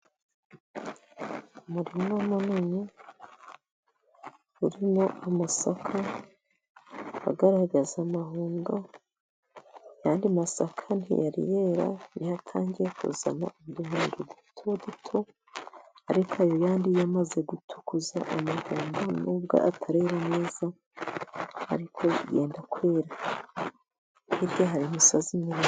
Umurima munini urimo amasaka agaragaza amahundo . Andi masaka, ntiyari yera, nibwo atangiye kuzana uduhundo duto duto. Ariko, ayo yandi yo, amaze gutukuza amahundo, n'ubwo atarera neza. Ariko, yenda kwera. Hakurya, hari imisozi .